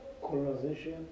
colonization